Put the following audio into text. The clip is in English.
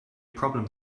problem